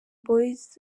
boyz